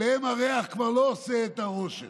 ועליהם הריח כבר לא עושה את הרושם.